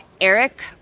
Eric